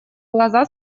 глаза